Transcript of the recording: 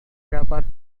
dapat